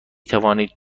توانی